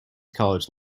college